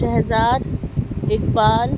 Shahzad Iqbal